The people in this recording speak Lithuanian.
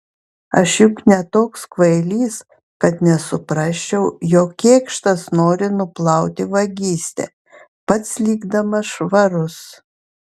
aš juk ne toks kvailys kad nesuprasčiau jog kėkštas nori nuplauti vagystę pats likdamas švarus